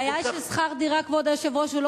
הבעיה היא ששכר דירה לא מספיק,